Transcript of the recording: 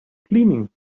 cleaning